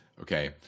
Okay